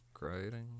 writing